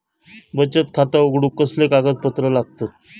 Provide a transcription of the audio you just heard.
बचत खाता उघडूक कसले कागदपत्र लागतत?